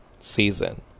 season